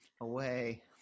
away